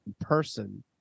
person